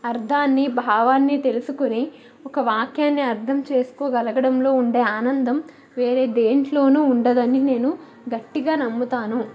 అర్ధాన్ని భావాన్ని తెలుసుకొని ఒక వాక్యాన్ని అర్థం చేసుకోగలగడంలో ఉండే ఆనందం వేరే దేంట్లోనూ ఉండదని నేను గట్టిగా నమ్ముతాను